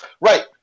Right